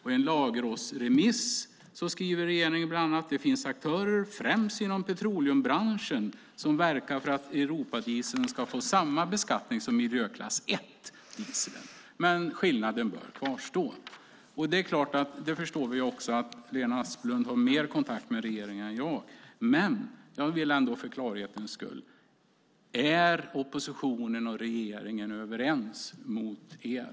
I en lagrådsremiss skriver regeringen bland annat att det finns aktörer, främst inom petroleumbranschen, som verkar för att Europadieseln ska få samma beskattning som miljöklass 1-dieseln men att skillnaden bör kvarstå. Det är klart att Lena Asplund har mer kontakt med regeringen än jag, men jag vill ändå för klarhets skull fråga: Är oppositionen och regeringen överens mot er?